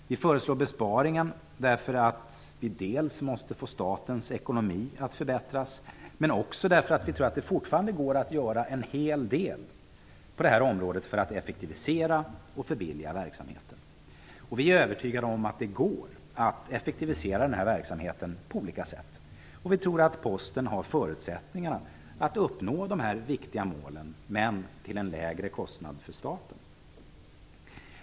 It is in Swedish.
Vi föreslår besparingen därför att statens ekonomi måste förbättras men också därför att vi tror att det fortfarande går att göra en hel del på detta område för att effektivisera och förbilliga verksamheten. Vi är övertygade om att det går att effektivisera denna verksamhet på olika sätt, och vi tror att Posten AB har förutsättningar att uppnå de viktiga målen till en lägre kostnad för staten.